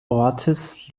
ortes